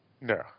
No